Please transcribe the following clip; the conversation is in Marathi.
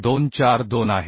242 आहे